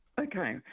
Okay